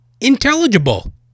intelligible